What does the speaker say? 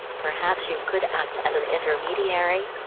perhaps you could act as an intermediary?